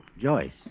Joyce